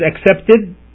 accepted